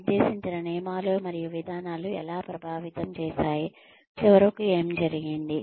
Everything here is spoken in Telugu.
నిర్దేశించిన నియమాలు మరియు విధానాలు ఎలా ప్రభావితం చేసాయి చివరికి ఏమి జరిగింది